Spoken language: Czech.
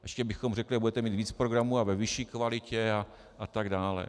Ještě bychom řekli: budete mít víc programů a ve vyšší kvalitě a tak dále.